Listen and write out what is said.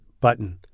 button